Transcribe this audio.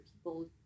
people